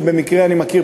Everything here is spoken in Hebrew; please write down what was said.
שבמקרה אני מכיר,